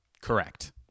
Correct